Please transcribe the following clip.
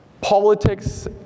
politics